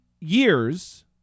years